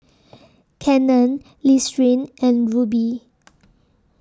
Canon Listerine and Rubi